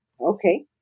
Okay